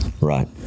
Right